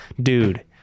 dude